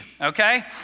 okay